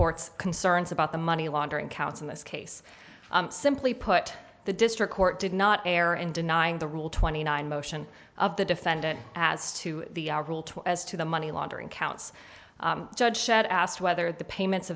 court's concerns about the money laundering counts in this case simply put the district court did not air and denying the rule twenty nine motion of the defendant as to as to the money laundering counts judge said asked whether the payments